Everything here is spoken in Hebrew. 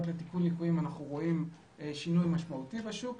לתיקון ליקויים אנחנו רואים שינוי משמעותי בשוק,